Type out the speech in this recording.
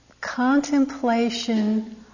contemplation